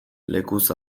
lekuz